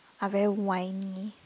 are very whiny